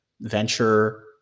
venture